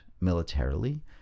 militarily